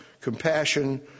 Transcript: compassion